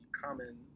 common